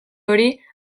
hori